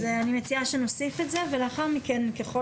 אז אני מציעה שנוסיף את זה ולאחר מכן ככל